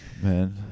man